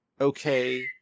okay